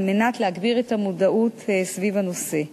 על מנת להגביר את המודעות סביב הנושא,